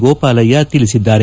ಗೋಪಾಲಯ್ನ ತಿಳಿಸಿದ್ದಾರೆ